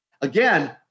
again